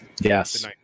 Yes